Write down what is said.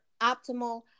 optimal